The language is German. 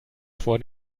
vor